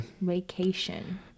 vacation